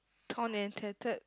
torn and tattered